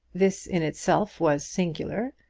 this in itself was singular,